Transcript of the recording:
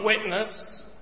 witness